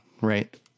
Right